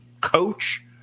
coach